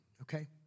Okay